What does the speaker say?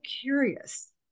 curious